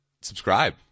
subscribe